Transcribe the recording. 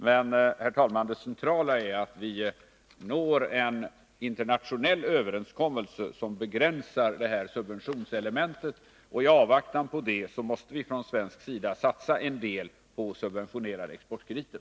Men, herr talman, det centrala är att vi når en internationell överenskommelse, som begränsar subventionselementet. I avvaktan härpå måste vi från svensk sida satsa en del på subventionerade exportkrediter.